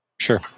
Sure